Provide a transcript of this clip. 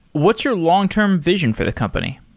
what's your long-term vision for the company?